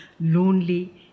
lonely